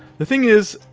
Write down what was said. the thing is.